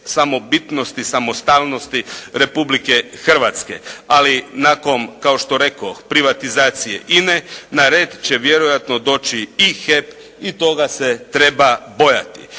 samobitnosti, samostalnosti Republike Hrvatske. Ali nakon kao što rekoh, privatizacije INA-e na red će vjerojatno doći i HEP i toga se treba bojati.